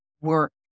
work